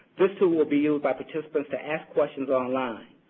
this tool will be used by participants to ask questions online.